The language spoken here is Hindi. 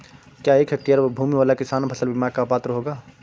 क्या एक हेक्टेयर भूमि वाला किसान फसल बीमा का पात्र होगा?